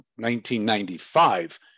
1995